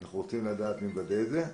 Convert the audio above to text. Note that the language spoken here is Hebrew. אנחנו רוצים לדעת מי מוודא את זה.